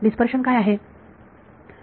dispersion काय आहे